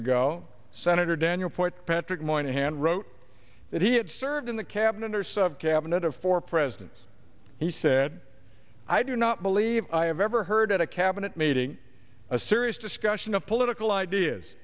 ago senator daniel porter patrick moynihan wrote that he had served in the cabinet or sub cabinet of four presidents he said i do not believe i have ever heard at a cabinet meeting a serious discussion of political ideas